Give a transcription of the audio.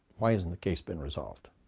why hasn't the case been resolved?